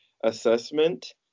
assessment